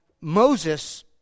Moses